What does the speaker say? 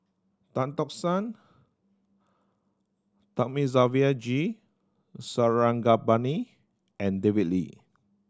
Tan Tock San Thamizhavel G Sarangapani and David Lee